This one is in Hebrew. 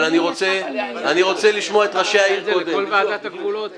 אבל אני רוצה לשמוע את ראשי העיר קודם --- אני רק רוצה